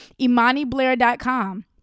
ImaniBlair.com